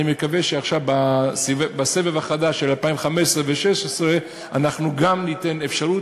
אני מקווה שבסבב החדש של 2015 ו-2016 אנחנו גם ניתן אפשרות,